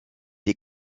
des